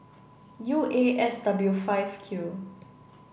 U A S W five Q